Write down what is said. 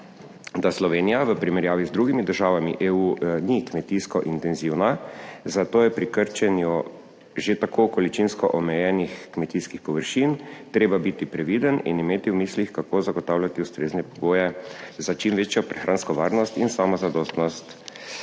da Slovenija v primerjavi z drugimi državami EU ni kmetijsko intenzivna, zato je pri krčenju že tako količinsko omejenih kmetijskih površin treba biti previden in imeti v mislih, kako zagotavljati ustrezne pogoje za čim večjo prehransko varnost in samozadostnost.